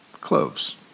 cloves